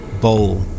bowl